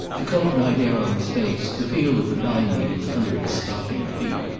the cold night air on his face, the feel of the pine needles under his stockinged feet,